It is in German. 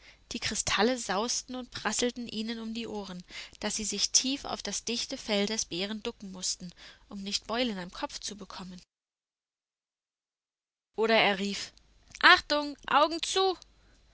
die kristalle sausten und prasselten ihnen um die ohren daß sie sich tief auf das dichte fell des bären ducken mußten um nicht beulen am kopf zu bekommen oder er rief achtung augen zu